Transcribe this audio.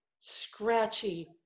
scratchy